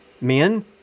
men